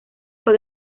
fue